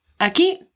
Aquí